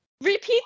Repeat